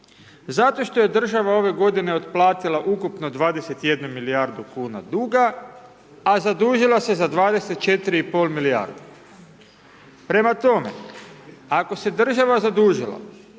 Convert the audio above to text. zato što je država ove godine otplatila ukupno 21 milijardu kuna duga, a zadužila se za 24,5 milijarde. Prema tome, ako se država zadužila